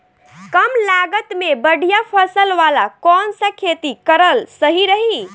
कमलागत मे बढ़िया फसल वाला कौन सा खेती करल सही रही?